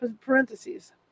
Parentheses